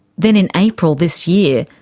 then in april this year,